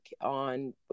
on